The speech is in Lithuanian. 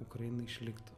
ukraina išliktų